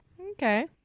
Okay